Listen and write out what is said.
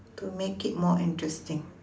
to make it more interesting